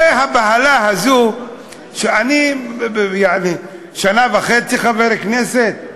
זו הבהלה הזאת שאני, שנה וחצי חבר כנסת?